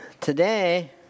today